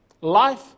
Life